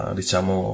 diciamo